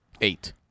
eight